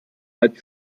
halb